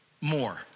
more